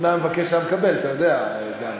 אם הוא היה מבקש הוא היה מקבל, אתה יודע, דני.